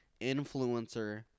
influencer